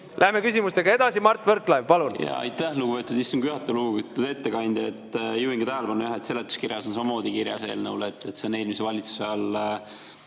Lähme küsimustega edasi. Mart Võrklaev, palun!